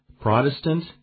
Protestant